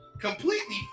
completely